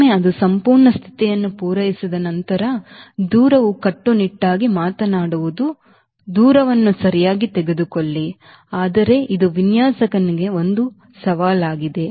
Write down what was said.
ಒಮ್ಮೆ ಅದು ಸಂಪೂರ್ಣ ಸ್ಥಿತಿಯನ್ನು ಪೂರೈಸಿದ ನಂತರ ದೂರವು ಕಟ್ಟುನಿಟ್ಟಾಗಿ ಮಾತನಾಡುವುದು ದೂರವನ್ನು ಸರಿಯಾಗಿ ತೆಗೆದುಕೊಳ್ಳಿ ಆದರೆ ಇದು ವಿನ್ಯಾಸಕನಿಗೆ ಒಂದು ಸವಾಲಾಗಿದೆ